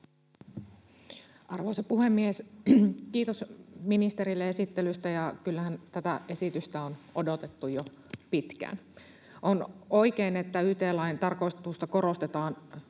Arvoisa puhemies! Kiitos ministerille esittelystä, ja kyllähän tätä esitystä on odotettu jo pitkään. On oikein, että yt-lain tarkoituksessa korostetaan